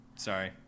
sorry